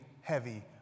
heavy